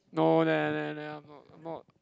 no then then then I'm not I'm not